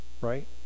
right